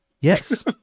Yes